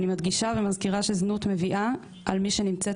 אני מדגישה ומזכירה שזנות מביאה על מי שנמצאת